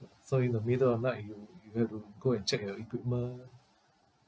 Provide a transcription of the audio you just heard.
so in the middle of the night you you have to go and check your equipment